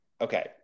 okay